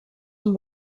amb